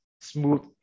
smooth